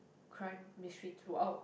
crime mystery through out